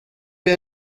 wir